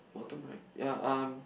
bottom right ya um